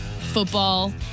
football